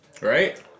right